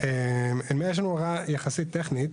יש לנו הוראה, יחסית טכנית.